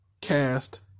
cast